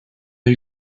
per